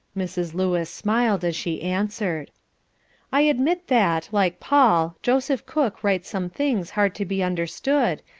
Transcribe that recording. mrs. lewis smiled as she answered i admit that, like paul, joseph cook writes some things hard to be understood,